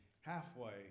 halfway